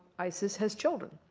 isis has children.